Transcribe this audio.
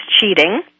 cheating